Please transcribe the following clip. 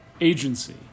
agency